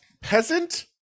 Peasant